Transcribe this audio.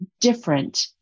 different